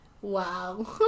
Wow